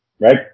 right